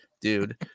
dude